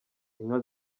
inka